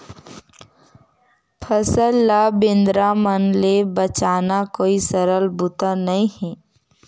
फसल ल बेंदरा मन ले बचाना कोई सरल बूता नइ हे